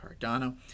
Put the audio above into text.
Cardano